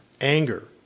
anger